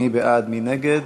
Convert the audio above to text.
מי בעד, מי נגד?